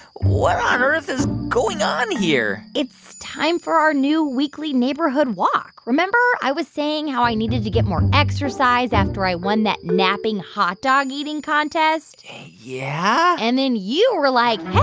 what on earth is going on here? it's time for our new, weekly neighborhood walk. remember? i was saying how i needed to get more exercise after i won that napping hot dog eating contest yeah and then you were like, hey,